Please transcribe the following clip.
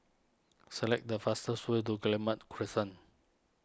select the fastest way to Guillemard Crescent